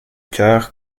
cœur